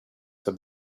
said